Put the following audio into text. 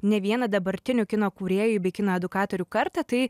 ne vieną dabartinių kino kūrėjų bei kino edukatorių kartą tai